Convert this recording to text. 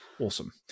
awesome